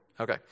Okay